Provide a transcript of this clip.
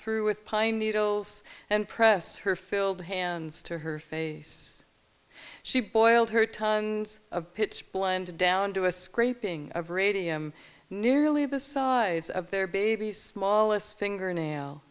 through with pine needles and press her filled hands to her face she boiled her tons of pitch blended down to a scraping of radium nearly the size of their baby's smallest fingernail